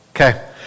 Okay